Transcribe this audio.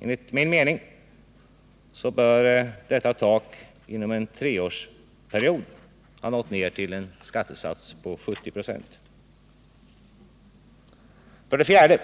Enligt min mening bör detta tak inom en treårsperiod ha nått ner till en skattesats på 70 96. 4.